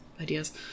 ideas